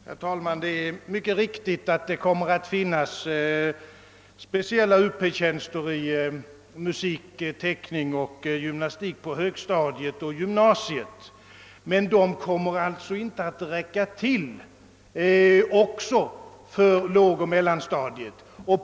Herr talman! Det är riktigt, att det kommer att finnas speciella Up-tjänster i musik, teckning och gymnastik på högstadiet och i gynmasiet. Men dessa tjänster kommer inte att räcka till också för lågoch mellanstadiet.